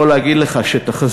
אני יכול להגיד לך שתחזית,